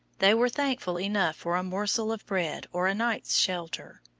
they were thankful enough for a morsel of bread or a night's shelter.